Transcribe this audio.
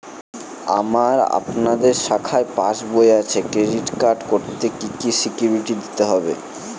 আমার আপনাদের শাখায় পাসবই আছে ক্রেডিট কার্ড করতে কি কি সিকিউরিটি দিতে হবে?